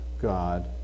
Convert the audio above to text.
God